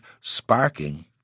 sparking